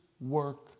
work